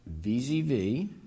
VZV